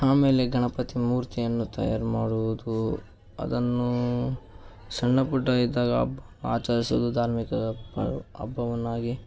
ಆಮೇಲೆ ಗಣಪತಿ ಮೂರ್ತಿಯನ್ನು ತಯಾರು ಮಾಡುವುದು ಅದನ್ನು ಸಣ್ಣ ಪುಟ್ಟ ಇದ್ದಾಗ ಹಬ್ಬ ಆಚರಿಸುವುದು ಧಾರ್ಮಿಕ ಹಬ್ಬವನ್ನಾಗಿ